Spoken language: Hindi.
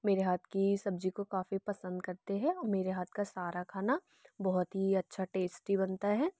मेरे हाथ की ही सब्ज़ी को काफ़ी पसंद करते है और मेरे हाथ का सारा खाना बहुत ही अच्छा टेस्टी बनता हैं